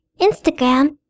Instagram